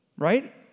Right